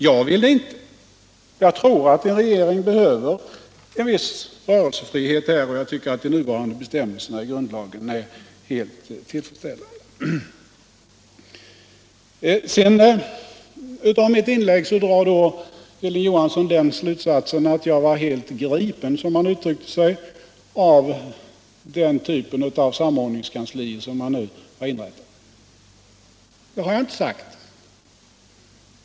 Jag vill det inte; jag tror att en regering behöver en viss rörelsefrihet, och jag tycker att de nuvarande reglerna i grundlagen är helt tillfredsställande. Av mitt inlägg drar Hilding Johansson den slutsatsen att jag var helt ”gripen”, som han uttryckte sig, av den typen av samordningskanslier som inrättats. Det har jag inte sagt!